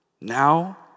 Now